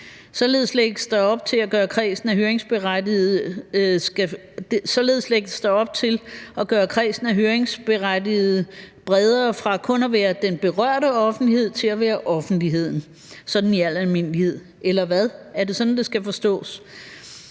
Således lægges der op til at gøre kredsen af høringsberettigede bredere fra kun at være den berørte offentlighed til at være offentligheden sådan i al almindelighed – eller hvad? Er det sådan, det skal forstås?